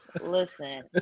Listen